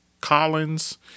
Collins